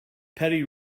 petty